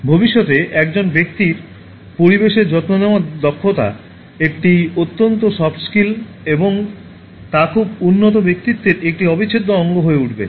ভবিষ্যতে একজন ব্যক্তির পরিবেশের যত্ন নেওয়ার দক্ষতা একটি অত্যন্ত সফট স্কিলস এবং তা খুব উন্নত ব্যক্তিত্বের একটি অবিচ্ছেদ্য অঙ্গ হয়ে উঠবে